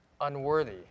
Unworthy